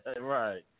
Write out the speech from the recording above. Right